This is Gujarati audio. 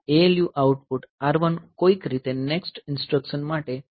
આ ALU આઉટપુટ R1 કોઈક રીતે નેક્સ્ટ ઈન્સ્ટ્રકશન માટે ઓપરેન્ડ તરીકે ફેડ થવું જોઈએ